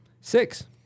Six